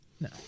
No